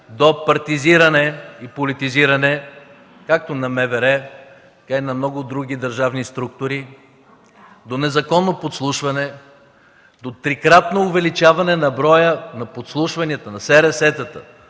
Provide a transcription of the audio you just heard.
до партизиране и политизиране както на МВР, така и на много други държавни структури, до незаконно подслушване, до трикратно увеличаване на броя на подслушванията, на СРС-та